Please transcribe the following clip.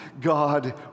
God